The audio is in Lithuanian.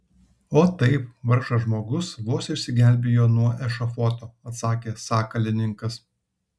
o taip vargšas žmogus vos išsigelbėjo nuo ešafoto atsakė sakalininkas